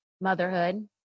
motherhood